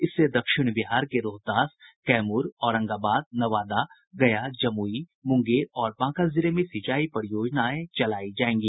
इससे दक्षिण बिहार के रोहतास कैमूर औरंगाबाद नवादा गया जमुई मुंगेर और बांका जिले में सिंचाई परियोजनाएं चलायी जायेगी